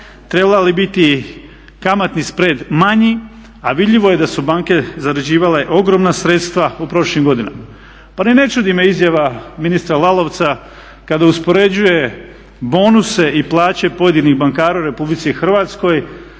trebalo je biti kamatni … manji, a vidljivo je da su banke zarađivale ogromna sredstva u prošlim godinama. Pa ni ne čudi me izjava ministra Lalovca kada uspoređuje bonuse i plaće pojedinih bankara u RH sa uvaženim